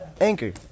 Anchor